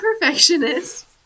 perfectionist